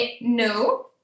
No